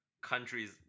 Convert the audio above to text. countries